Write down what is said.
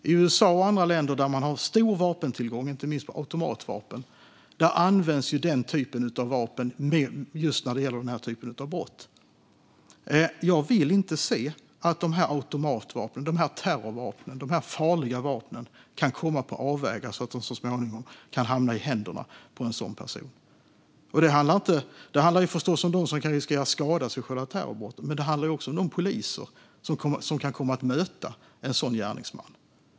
I USA och andra länder med stor vapentillgång, inte minst på automatvapen, används sådana vapen just till denna typ av brott. Jag vill inte att dessa farliga terrorvapen kommer på avvägar och hamnar i händerna på en sådan person. Det handlar givetvis om dem som kan skadas i terrorbrotten, men det handlar också om de poliser som tvingas möta en sådan gärningsman.